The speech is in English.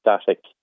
static